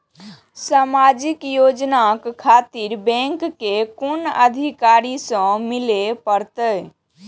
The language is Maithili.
समाजिक योजना खातिर बैंक के कुन अधिकारी स मिले परतें?